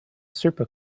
super